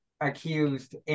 accused